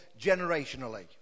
generationally